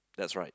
that's right